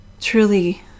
Truly